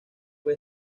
fue